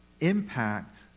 impact